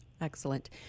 Excellent